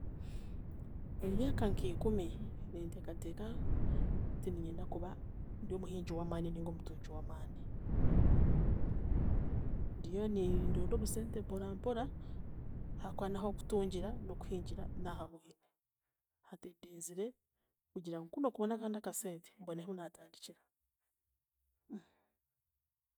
Emyaka nkikumi ninteekateeka nti niinyenda kuba ndyomuhingi w'amaani ninga omutungi w'amaani. Ndiyo nindonda obusente mporampora ahakuba n'ahokutungira n'okuhingira nahabwine. Hatindinzire kugira ngu kunookubona akandi akasente, mbone ahu naatandikira.